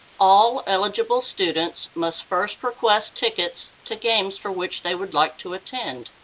all eligible students must first request tickets to games for which they would like to attend.